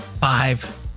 five